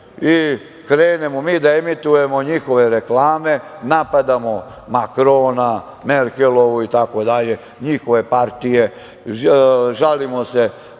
i krenemo mi da emitujemo njihove reklame, napadamo Makrona, Merkelovu itd, njihove partije, žalimo se